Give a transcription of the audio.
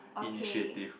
okay